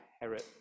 Herod